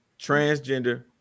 transgender